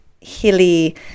hilly